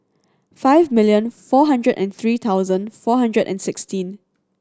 five million four hundred and three thousand four hundred and sixteen